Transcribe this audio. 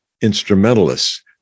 instrumentalists